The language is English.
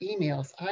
emails